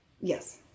Yes